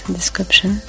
description